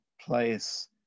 place